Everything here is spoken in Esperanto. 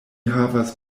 havas